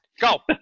Go